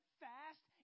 fast